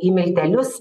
į miltelius